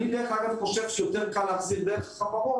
אני, דרך אגב, חושב שיותר קל להחזיר דרך החברות.